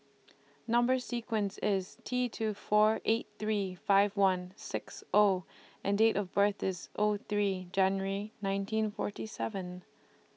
Number sequence IS T two four eight three five one six O and Date of birth IS O three January nineteen forty seven